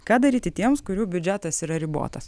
ką daryti tiems kurių biudžetas yra ribotas